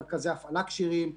מרכזי הפעלה כשירים,